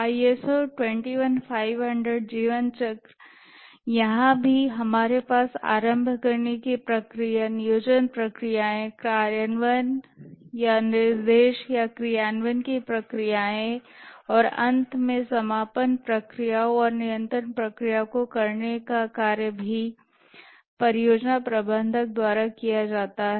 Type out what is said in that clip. ISO 21500 जीवन चक्र यहां भी हमारे पास आरंभ करने की प्रक्रियाएं नियोजन प्रक्रियाएं कार्यान्वयन या निर्देशन या क्रियान्वयन की प्रक्रियाएं हैं और अंत में समापन प्रक्रियाओं और नियंत्रण प्रक्रियाओं को करने का कार्य भी परियोजना प्रबंधक द्वारा किया जाता है